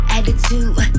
Attitude